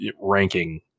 ranking